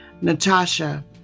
Natasha